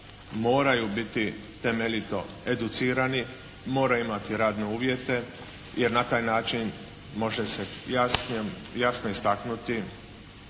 moraju biti temeljito educirani, moraju imati radne uvjete, jer na taj način može se jasno istaknuti